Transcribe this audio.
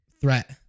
threat